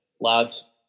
Lads